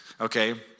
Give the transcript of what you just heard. okay